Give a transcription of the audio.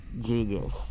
genius